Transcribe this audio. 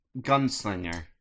gunslinger